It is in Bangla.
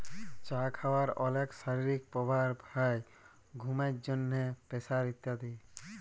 চা খাওয়ার অলেক শারীরিক প্রভাব হ্যয় ঘুমের জন্হে, প্রেসার ইত্যাদি